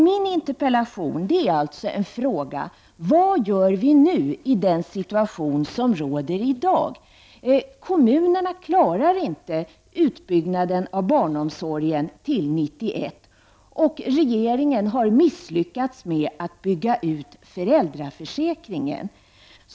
Min interpellation är alltså en fråga: Vad gör vi nu i den situationen som råder i dag? Kommunerna klarar inte utbyggnaden av barnomsorgen till 1991, och regeringen har misslyckats med att bygga ut föräldraförsäkringen.